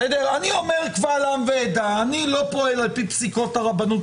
אני אומר קבל עם ועדה שאני לא פועל על פי פסיקות הרבנות